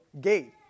gate